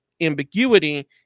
ambiguity